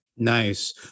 Nice